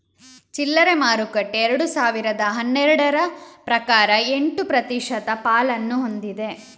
ಚಿಲ್ಲರೆ ಮಾರುಕಟ್ಟೆ ಎರಡು ಸಾವಿರದ ಹನ್ನೆರಡರ ಪ್ರಕಾರ ಎಂಟು ಪ್ರತಿಶತ ಪಾಲನ್ನು ಹೊಂದಿದೆ